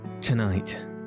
Tonight